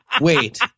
Wait